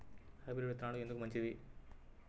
Hybrid విత్తనాలు ఎందుకు మంచివి?